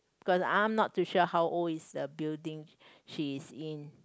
because I'm not too sure how old is the building she is in